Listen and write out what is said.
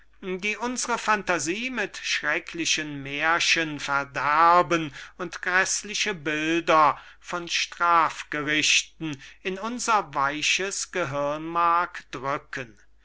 die unsere phantasie mit schröcklichen mährchen verderben und gräßliche bilder von strafgerichten in unser weiches gehirnmark drücken